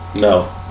No